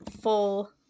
full